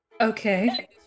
Okay